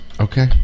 Okay